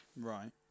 Right